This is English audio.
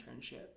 internship